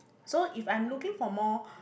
so if I'm looking for more